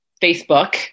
Facebook